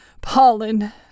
pollen